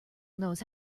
knows